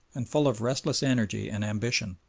and full of restless energy and ambition.